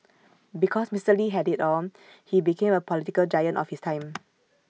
because Mister lee had IT all he became A political giant of his time